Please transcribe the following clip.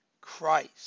Christ